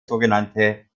sogenannte